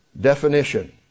definition